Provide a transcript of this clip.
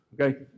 Okay